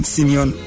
Simeon